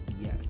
yes